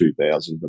2000